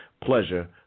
pleasure